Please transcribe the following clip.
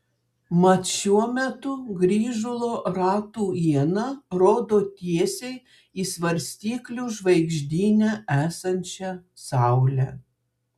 mat šiuo metu grįžulo ratų iena rodo tiesiai į svarstyklių žvaigždyne esančią saulę